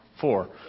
four